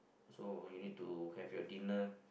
so you need to have your dinner